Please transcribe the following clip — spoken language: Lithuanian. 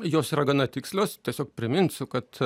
jos yra gana tikslios tiesiog priminsiu kad